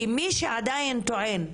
כי מי שעדיין חושב,